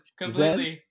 completely